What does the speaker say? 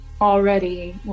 already